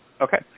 Okay